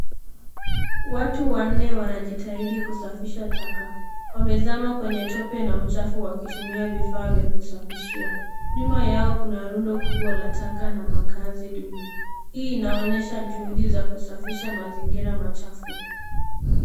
Watu wanne wanajitahidi kusafisha taka, wamezama kwenye tope na uchafu wa kutumia vifaa vya kusafishia. Nyuma yao kuna rundo kubwa la taka na makazi duni, hii inaonyesha juhudi za kusafisha mazingira machafu.